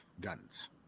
guns